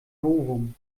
novum